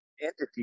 entity